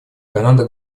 канада